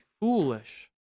foolish